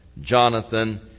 Jonathan